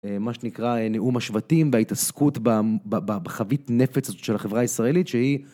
מה שנקרא נאום השבטים וההתעסקות בחבית נפץ הזאת של החברה הישראלית שהיא